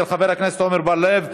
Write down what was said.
של חבר הכנסת עמר בר-לב,